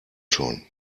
schon